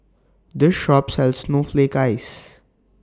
This Shop sells Snowflake Ice